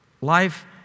Life